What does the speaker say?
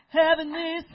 heavenly